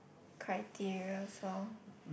criteria so